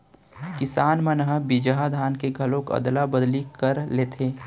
किसान मन ह बिजहा धान के घलोक अदला बदली कर लेथे